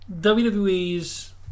WWE's